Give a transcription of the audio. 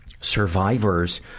survivors